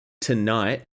tonight